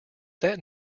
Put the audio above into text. that